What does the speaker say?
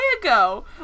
ago